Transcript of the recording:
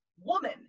woman